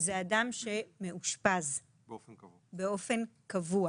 הוא אדם שמאושפז באופן קבוע.